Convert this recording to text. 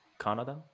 Canada